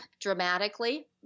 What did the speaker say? dramatically